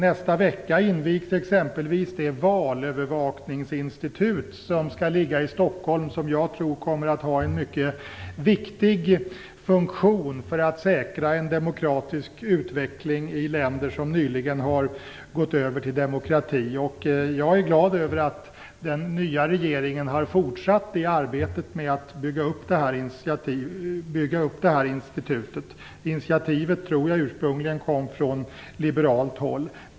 Nästa vecka invigs exempelvis det valövervakningsinstitut som skall ligga i Stockholm. Jag tror att det kommer att ha en mycket viktig funktion för att säkra en demokratisk utveckling i länder som nyligen har gått över till demokrati. Jag är glad över att den nya regeringen har fortsatt arbetet med att bygga upp detta institut. Initiativet tror jag ursprungligen kom från liberalt håll.